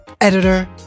editor